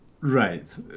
Right